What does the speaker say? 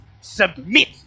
Submit